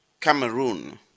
Cameroon